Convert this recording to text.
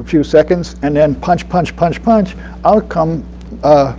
a few seconds and then punch, punch, punch, punch out come ah